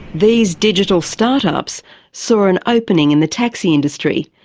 these digital start ups saw an opening in the taxi industry,